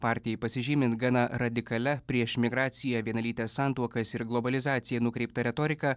partijai pasižymint gana radikalia prieš migraciją vienalytes santuokas ir globalizaciją nukreipta retorika